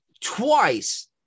twice